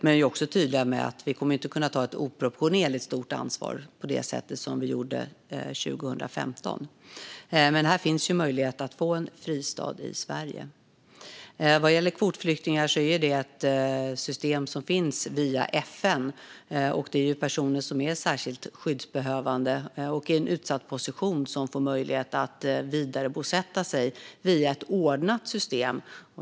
Vi är dock tydliga med att vi inte kommer att kunna ta ett oproportionerligt stort ansvar på det sätt vi gjorde 2015. Men de har alltså möjlighet att få en fristad i Sverige. Kvotflyktingar är ett system som hanteras av FN. Det handlar om personer som är särskilt skyddsbehövande och i en utsatt position som får möjlighet att vidarebosätta sig genom ett ordnat system.